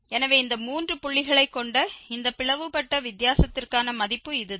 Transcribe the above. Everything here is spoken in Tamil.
எனவே இந்த மூன்று புள்ளிகளைக் கொண்ட இந்த பிளவுபட்ட வித்தியாசத்திற்கான மதிப்பு இதுதான்